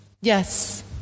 Yes